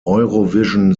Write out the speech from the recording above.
eurovision